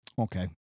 Okay